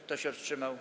Kto się wstrzymał?